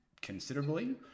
considerably